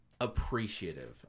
appreciative